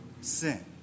sin